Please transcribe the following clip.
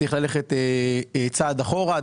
צריך ללכת צעד אחורה.